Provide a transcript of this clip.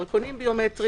דרכונים ביומטריים,